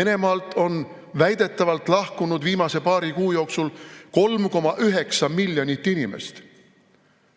Venemaalt on väidetavalt lahkunud viimase paari kuu jooksul 3,9 miljonit inimest.